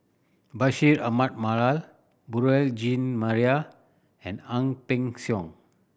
Bashir Ahmad Mallal Beurel Jean Marie and Ang Peng Siong